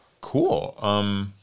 Cool